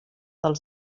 del